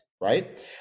right